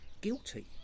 guilty